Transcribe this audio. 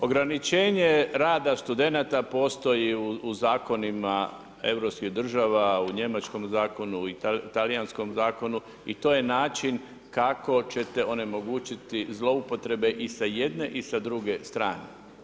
Ograničenje rada studenata postoji u zakonima europskih država, u njemačkom zakonu u talijanskom zakonu i to je način kako ćete onemogućiti zloupotrebe i sa jedne i sa druge strane.